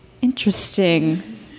interesting